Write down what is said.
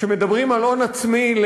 מדברים על הון עצמי,